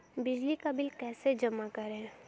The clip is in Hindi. बिजली का बिल कैसे जमा करें?